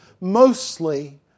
mostly